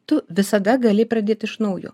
tu visada gali pradėt iš naujo